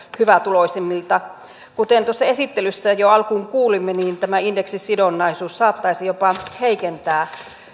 hyvätuloisemmilta kuten tuossa esittelyssä jo alkuun kuulimme niin tämä indeksisidonnaisuus saattaisi jopa heikentää